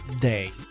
Day